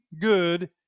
good